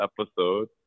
episode